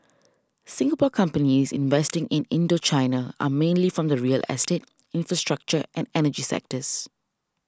Singapore companies investing in Indochina are mainly from the real estate infrastructure and energy sectors